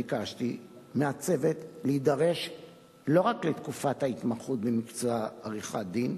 ביקשתי מהצוות להידרש לא רק לתקופת ההתמחות במקצוע עריכת-דין,